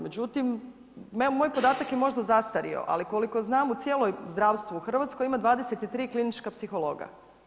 Međutim, evo moj podatak je možda zastario, ali koliko znam u cijelom zdravstvu u Hrvatskoj ima 23 klinička psihologa.